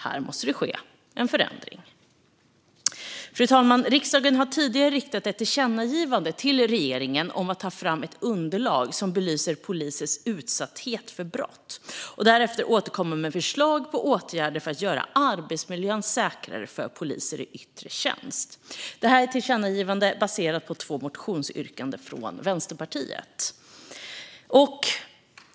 Här måste det ske en förändring. Fru talman! Riksdagen har tidigare riktat ett tillkännagivande till regeringen om att ta fram ett underlag som belyser polisers utsatthet för brott och därefter återkomma med förslag på åtgärder för att göra arbetsmiljön säkrare för poliser i yttre tjänst. Tillkännagivandet är baserat på två motionsyrkanden från Vänsterpartiet.